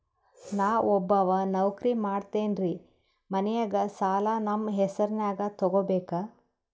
ನಾ ಒಬ್ಬವ ನೌಕ್ರಿ ಮಾಡತೆನ್ರಿ ಮನ್ಯಗ ಸಾಲಾ ನಮ್ ಹೆಸ್ರನ್ಯಾಗ ತೊಗೊಬೇಕ?